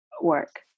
work